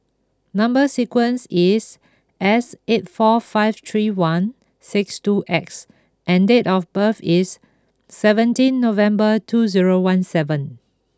number sequence is S eight four five three one six two X and date of birth is seventeen November two zero one seven